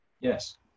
Yes